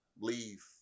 leave